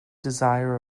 desire